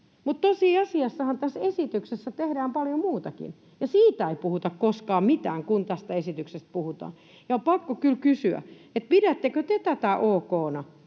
mutta tosiasiassahan tässä esityksessä tehdään paljon muutakin, ja siitä ei puhuta koskaan mitään, kun tästä esityksestä puhutaan. On pakko kyllä kysyä: pidättekö te tätä ok:na?